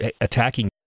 attacking